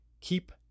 Keep